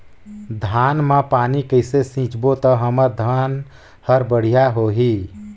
धान मा पानी कइसे सिंचबो ता हमर धन हर बढ़िया होही?